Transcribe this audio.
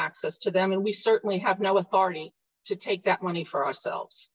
access to them and we certainly have no authority to take that money for ourselves